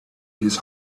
his